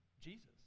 Jesus